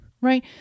right